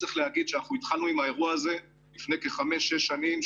צריך לומר שאנחנו התחלנו עם האירוע הזה לפני כחמש-שש שנים,